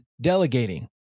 delegating